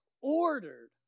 ordered